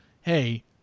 hey